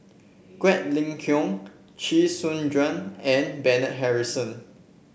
Quek Ling Kiong Chee Soon Juan and Bernard Harrison